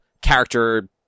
character